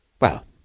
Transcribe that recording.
Well